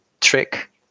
trick